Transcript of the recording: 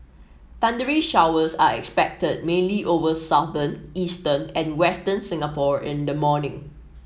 thundery showers are expected mainly over southern eastern and western Singapore in the morning